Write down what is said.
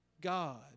God